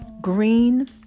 Green